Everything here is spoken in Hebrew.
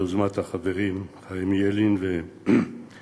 ביוזמת החברים חיים ילין ומוטק'ה.